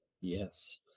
yes